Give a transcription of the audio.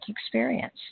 experience